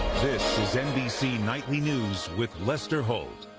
this is nbc nightly news with lester holt.